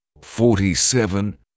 forty-seven